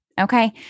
Okay